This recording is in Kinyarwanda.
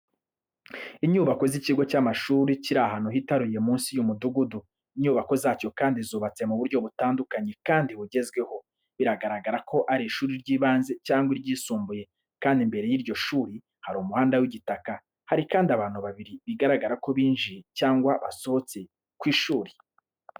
Inyubazo z’ikigo cy’amashuri kiri ahantu hitaruye munsi y’umudugudu. Inyubako zacyo kandi zubatse mu buryo butandukanye kandi bugezweho. Biragaragara ko ari ishuri ry’ibanze cyangwa iryisumbuye, kandi mbere y’iryo shuri hari umuhanda w’igitaka. Hari kandi abantu babiri bigaragara ko binjiye cyangwa basohotse ku ishuri.